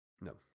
No